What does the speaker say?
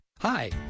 Hi